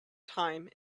time